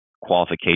qualification